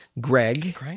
Greg